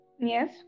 Yes